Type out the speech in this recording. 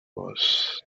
was